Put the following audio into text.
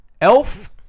Elf